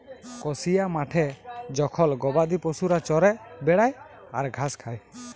কসিয়া মাঠে জখল গবাদি পশুরা চরে বেড়ায় আর ঘাস খায়